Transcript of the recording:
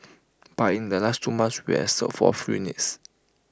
but in the last two months we have sold four units